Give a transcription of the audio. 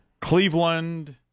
Cleveland